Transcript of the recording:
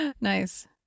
Nice